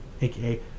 aka